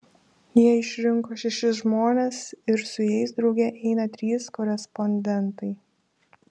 jie išrinko šešis žmones ir su jais drauge eina trys korespondentai